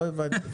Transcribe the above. לא הבנתי.